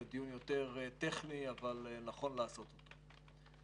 זה דיון יותר טכני אבל נכון לעשות אותו.